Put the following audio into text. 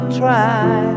try